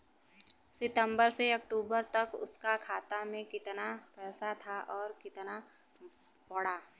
सितंबर से अक्टूबर तक उसका खाता में कीतना पेसा था और कीतना बड़ा?